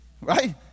Right